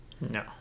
No